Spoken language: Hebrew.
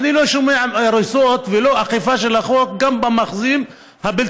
אני לא שומע על הריסות ולא על אכיפה של החוק גם במאחזים הבלתי-חוקיים.